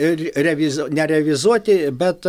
ir reviz nerevizuoti bet